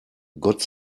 gott